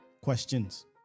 Questions